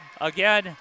Again